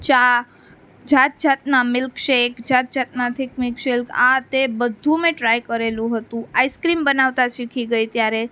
ચા જાત જાતના મિલ્ક શેક જાત જાતના થિક મિલ્ક શેક આ તે બધુ મેં ટ્રાય કરેલું હતું આઇસક્રીમ બનાવતા શીખી ગઈ ત્યારે